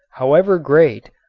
however great,